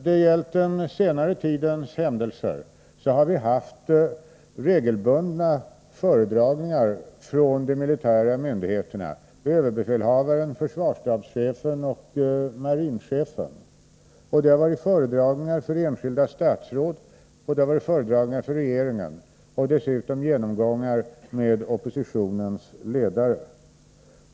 Beträffande den senare tidens händelser har vi haft regelbundna föredragningar från de militära myndigheterna — överbefälhavaren, försvarsstabschefen och marinchefen. Det har varit föredragningar för enskilda statsråd och för regeringen och dessutom genomgångar med oppositionens ledare.